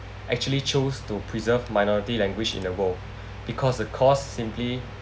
actually choose to preserve minority language in the world because the cost simply